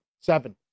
seven